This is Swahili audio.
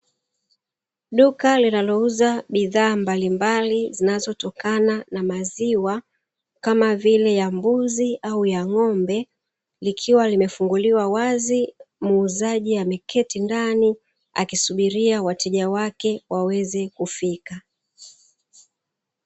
Duka linalouza mbalimbali zinazotokana na maziwa kama vile ya mbuzi na ng'ombe, muuzaji ameketi ndani akisubiria wateja wake waweze kufika.